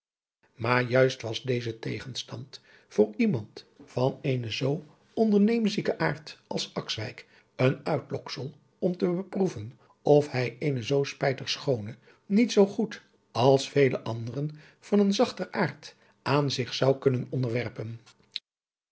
maar juist was deze tegenstand voor iemand van eenen zoo onderneemzieken aard als akswijk een uitloksel om te beproeven of hij eene zoo spijtig schoone niet zoo goed als vele anderen van een zachter aard aan zich zou kunnen onderwerpen